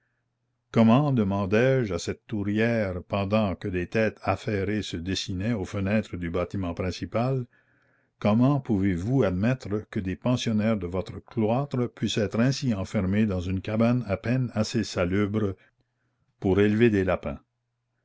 comment demandai-je à cette tourière pendant que des têtes affairées se dessinaient aux fenêtres du bâtiment principal comment pouvez-vous admettre que des pensionnaires de votre cloître puissent être ainsi enfermées dans une cabane à peine assez salubre pour élever des lapins